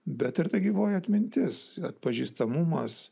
bet ir ta gyvoji atmintis atpažįstamumas